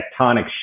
tectonic